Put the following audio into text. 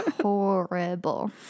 horrible